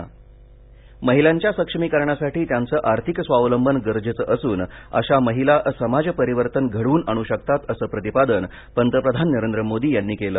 पंतप्रधान महिलांच्या सक्षमीकरणासाठी त्यांचं आर्थिक स्वावलंबन गरजेचं असून अशा महिला समाज परिवर्तन घडवून आणु शकतात असं प्रतिपादन पतप्रधान नरेंद्र मोदी यांनी केल